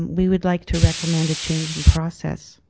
we would like to recommend a change in process.